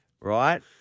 right